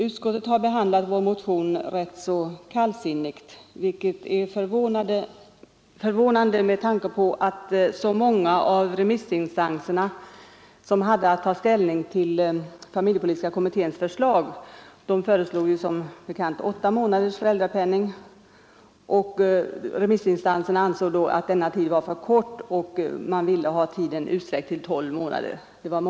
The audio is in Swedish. Utskottet har behandlat vår motion rätt kallsinnigt, vilket är förvånande med tanke på att många av de remissinstanser som hade att ta ställning till familjepolitiska kommitténs förslag — kommittén föreslog som bekant åtta månaders föräldrapenning — ansåg att den föreslagna tiden var för kort och ville ha tiden utsträckt till tolv månader.